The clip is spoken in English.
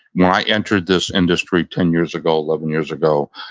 when i entered this industry ten years ago, eleven years ago,